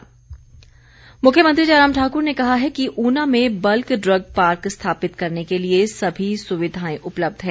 Jairam webinar मुख्यमंत्री जयराम ठाक्र ने कहा है कि ऊना में बल्क ड्रग पार्क स्थापित करने के लिए सभी सुविधाएं उपलब्ध हैं